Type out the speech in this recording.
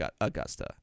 Augusta